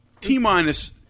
T-minus